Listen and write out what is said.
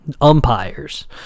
Umpires